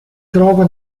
trova